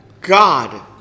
God